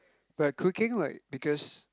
we're cooking like because